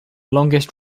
longest